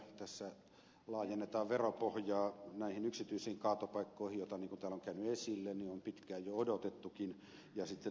tässä laajennetaan veropohjaa näihin yksityisiin kaatopaikkoihin joita niin kuin täällä on käynyt esille on pitkään jo odotettukin